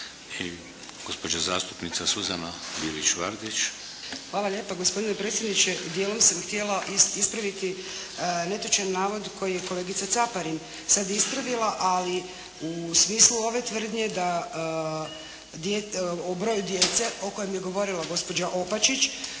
**Bilić Vardić, Suzana (HDZ)** Hvala lijepa gospodine predsjedniče. Dijelom sam htjela ispraviti netočan navod koji je kolegica Caparin sad ispravila, ali u smislu ove tvrdnje o broju djece o kojem je govorila gospođa Opačić.